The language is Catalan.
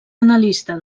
analista